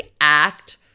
act